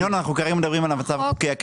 ינון, אנחנו כרגע מדברים על המצב הקיים.